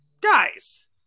guys